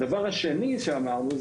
הדבר השני שאמרנו,